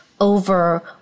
over